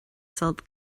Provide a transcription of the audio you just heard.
sult